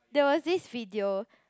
that was this video